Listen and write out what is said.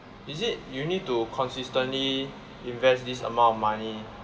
is it you need to consistently invest this amount of money